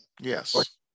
Yes